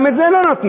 גם את זה לא נתנו.